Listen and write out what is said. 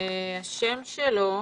שלום